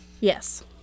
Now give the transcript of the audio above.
Yes